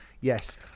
yes